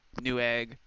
Newegg